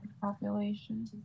population